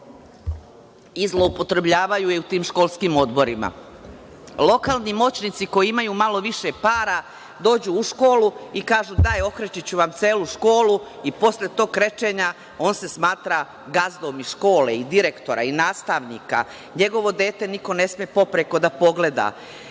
i zloupotrebljavaju je u tim školskim odborima. Lokalni moćnici koji imaju malo više para, dođu u školu i kažu – daj, okrečiću vam celu školu i posle tog krečenja on se smatra gazdom škole i direktora i nastavnika, njegovo dete niko ne sme popreko da pogleda,